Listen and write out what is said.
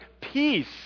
peace